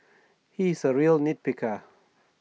he is A real nit picker